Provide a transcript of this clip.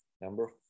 Number